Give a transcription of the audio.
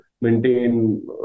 maintain